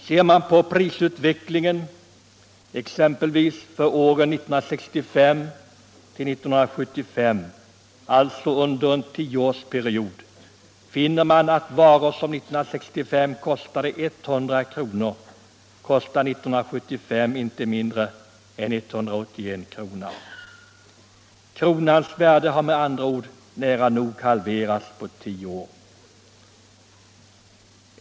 Ser man på prisutvecklingen exempelvis för åren 1965-1975, alltså under en tioårsperiod, finner man att varor som år 1965 kostade 100 kr. år 1975 kostade inte mindre än 181 kr. Kronans värde har med andra ord nära nog halverats på tio år.